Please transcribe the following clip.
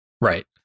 right